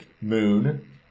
moon